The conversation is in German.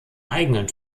eigenen